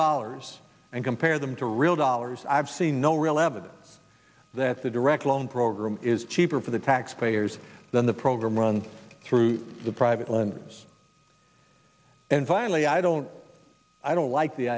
dollars and compare them to real dollars i've seen no real evidence that the direct loan program is cheaper for the taxpayers than the program runs through the private lenders and finally i don't i don't like the